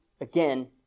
again